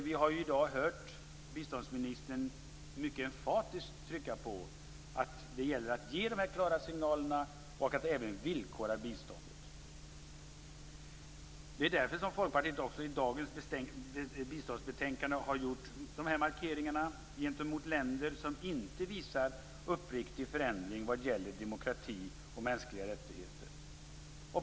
Vi har i dag hört biståndsministern mycket emfatiskt trycka på att det gäller att ge klara signaler och även villkora biståndet. Det är därför som Folkpartiet i dagens betänkande har gjort de här markeringarna gentemot länder som inte visar uppriktig vilja till förändring vad gäller demokrati och mänskliga rättigheter.